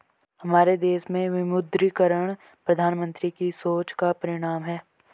हमारे देश में विमुद्रीकरण प्रधानमन्त्री की सोच का परिणाम है